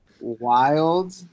wild